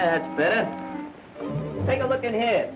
that take a look at it